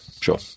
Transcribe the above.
Sure